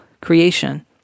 creation